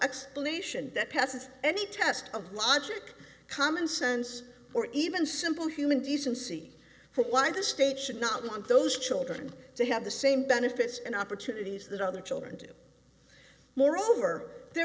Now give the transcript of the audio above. explanation that passes any test of logic common sense or even simple human decency why the state should not want those children to have the same benefits and opportunities that other children do moreover there